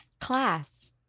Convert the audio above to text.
class